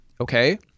okay